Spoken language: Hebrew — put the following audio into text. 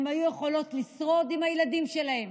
הן היו יכולות לשרוד עם הילדים שלהן,